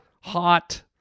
hot